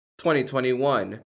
2021